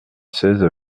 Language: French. seize